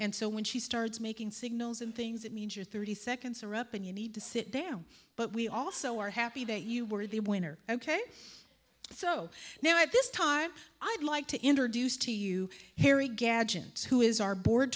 and so when she starts making signals and things that means you're thirty seconds are up and you need to sit down but we also are happy that you were the winner ok so now at this time i'd like to introduce to you harry gadgets who is our board